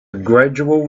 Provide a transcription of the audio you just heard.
gradual